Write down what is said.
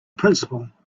principle